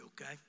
okay